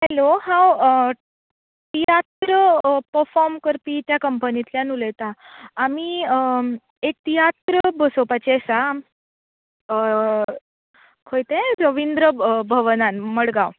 hello हांव तियात्र perform करपी त्या कंपनितल्यान उलयतां आमी एक तियात्र बसोवपाचे आसा खंय तें रवींद्र भवनान मडगांव